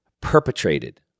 perpetrated